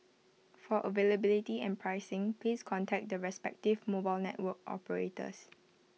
for availability and pricing please contact the respective mobile network operators